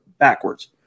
backwards